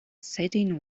satin